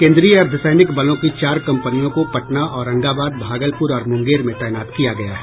केन्द्रीय अर्द्व सैनिक बलों की चार कम्पनियों को पटना औरंगाबाद भागलपुर और मुंगेर में तैनात किया गया है